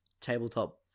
tabletop